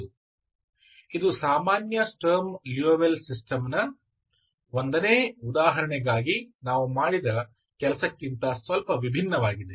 ಆದ್ದರಿಂದ ಇದು ಸಾಮಾನ್ಯ ಸ್ಟರ್ಮ್ ಲಿಯೋವಿಲ್ಲೆ ಸಿಸ್ಟಮ್ನ ಸ್ಟರ್ಮ್ ಲಿಯೋವಿಲ್ಲೆ 1 ನೇ ಉದಾಹರಣೆಗಾಗಿ ನಾವು ಮಾಡಿದ ಕೆಲಸಕ್ಕಿಂತ ಸ್ವಲ್ಪ ಭಿನ್ನವಾಗಿದೆ